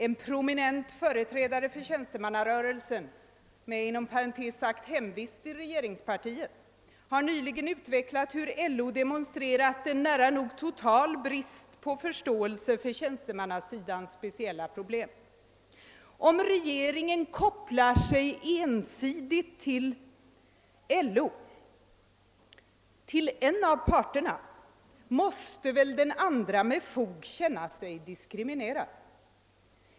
En prominent företrädare för tjänstemannarörelsen — inom parentes sagt med hemvist i regeringspartiet — har nyligen utvecklat hur LO demonstrerat en nära nog total brist på förståelse för tjänstemannasidans speciella problem. Om regeringen kopplar så ensidigt till LO, alltså till en av parterna, så måste väl den andra parten med fog känna sig diskriminerad.